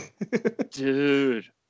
Dude